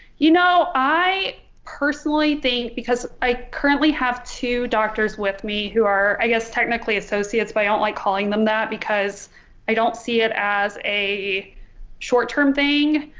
you know i personally think because i currently have two doctors with me who are i guess technically associates but i don't like calling them that because i don't see it as a short-term thing.